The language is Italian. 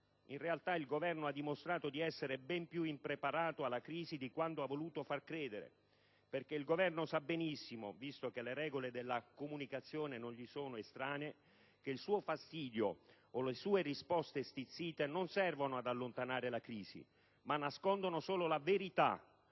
In realtà il Governo ha dimostrato di essere ben più impreparato alla crisi di quanto ha voluto far credere perché sa benissimo, visto che le regole della comunicazione non gli sono estranee, che il suo fastidio o le sue risposte stizzite non servono ad allontanarla, ma nascondono solo la verità